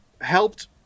helped